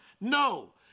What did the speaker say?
No